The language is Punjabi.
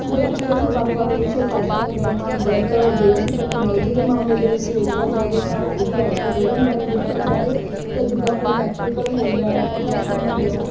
ਜਦੋਂ ਕਿ ਅਸੀਂ ਵੱਖ ਵੱਖ ਵਿਸ਼ੇ ਪੜ੍ਹ ਸਕਦੇ ਹਾਂ ਬਟ ਜੇ ਅਸੀਂ ਤਕਨੋਲਜੀ ਦੇ ਮਾਮਲੇ ਦੇ ਵਿੱਚ ਵੇਖਿਆ ਜਾਵੇ ਤਾਂ ਇਹਦੀ ਅਰਜੀ ਲੇਅਰਿੰਗ ਬਾਰੇ ਦੇਖਿਆ ਜਾਵੇ ਤਾਂ ਜਿੱਦਾਂ ਕਿ ਇਲੈਕਟਰੀਕਲ ਹੋ ਗਿਆ ਟੈਕਨੀਸ਼ਨ ਹੋ ਗਿਆ